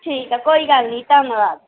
ਠੀਕ ਆ ਕੋਈ ਗੱਲ ਨਹੀਂ ਧੰਨਵਾਦ